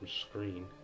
screen